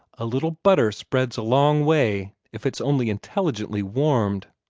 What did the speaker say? a little butter spreads a long way, if it's only intelligently warmed.